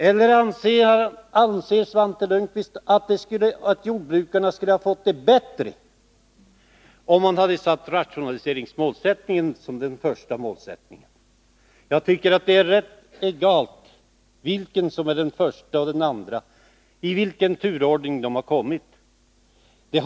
Eller anser Svante Lundkvist att jordbrukarna skulle ha fått det bättre om 59 man hade tagit upp rationaliseringsmålsättningen som den första? Jag anser att det är rätt egalt i vilken turordning de kommer.